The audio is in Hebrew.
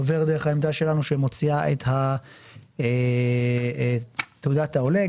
עובר דרך העמדה שלנו שמוציאה לו את תעודת העולה.